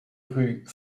rue